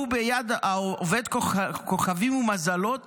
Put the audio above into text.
שהוא ביד העובד כוכבים ומזלות